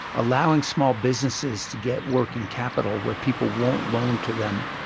allowing small businesses to get working capital where people won't loan to them,